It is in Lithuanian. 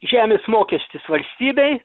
žemės mokestis valstybei